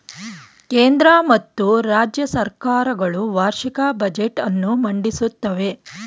ಕೇಂದ್ರ ಮತ್ತು ರಾಜ್ಯ ಸರ್ಕಾರ ಗಳು ವಾರ್ಷಿಕ ಬಜೆಟ್ ಅನ್ನು ಮಂಡಿಸುತ್ತವೆ